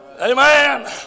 Amen